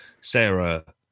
Sarah